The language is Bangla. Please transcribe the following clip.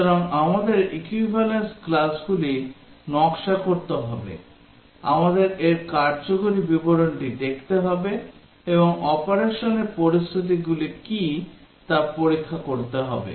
সুতরাং আমাদের equivalence classগুলি নকশা করতে হবে আমাদের এর কার্যকরী বিবরণটি দেখতে হবে এবং অপারেশনের পরিস্থিতিগুলি কী তা পরীক্ষা করতে হবে